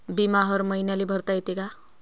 बिमा हर मईन्याले भरता येते का?